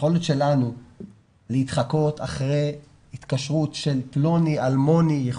היכולת שלנו להתחקות אחרי התקשרות של פלוני אלמוני,